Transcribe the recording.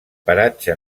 paratge